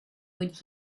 would